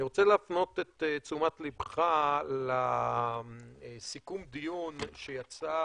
אני רוצה להפנות את תשומת ליבך לסיכום דיון שיצא